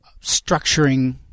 structuring